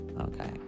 okay